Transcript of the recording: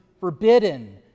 forbidden